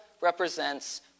represents